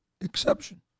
exception